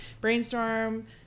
brainstorm